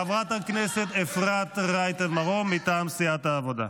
חברת הכנסת אפרת רייטן מרום מסיעת העבודה.